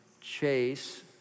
Chase